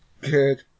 Good